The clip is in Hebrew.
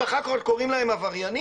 ואחר כך עוד קוראים להם עבריינים?